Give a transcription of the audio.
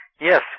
Yes